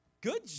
Good